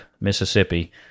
Mississippi